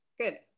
Good